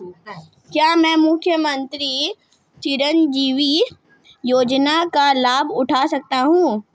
क्या मैं मुख्यमंत्री चिरंजीवी योजना का लाभ उठा सकता हूं?